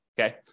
Okay